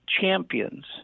champions